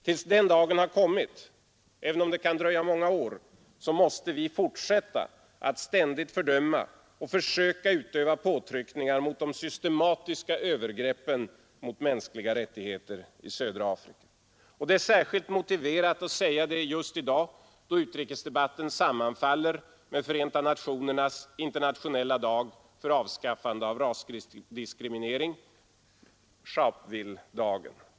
Tills den dagen har kommit, även om det kan dröja många år, måste vi fortsätta att ständigt fördöma och försöka utöva påtryckningar mot de systematiska övergreppen mot mänskliga rättigheter i södra Afrika. Detta är särskilt motiverat att säga just i dag då utrikesdebatten sammanfaller med Förenta nationernas internationella dag för avskaffande av rasdiskriminering, Sharpvilledagen.